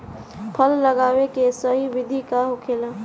फल लगावे के सही विधि का होखेला?